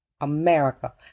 America